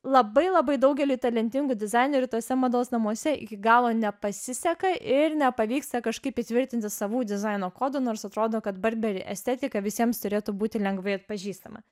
labai labai daugeliui talentingų dizainerių tuose mados namuose iki galo nepasiseka ir nepavyksta kažkaip įtvirtinti savų dizaino kodų nors atrodo kad burbery estetika visiems turėtų būti lengvai atpažįstama